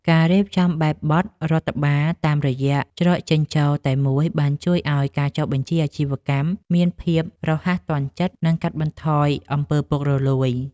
ការរៀបចំបែបបទរដ្ឋបាលតាមរយៈច្រកចេញចូលតែមួយបានជួយឱ្យការចុះបញ្ជីអាជីវកម្មមានភាពរហ័សទាន់ចិត្ត និងកាត់បន្ថយអំពើពុករលួយ។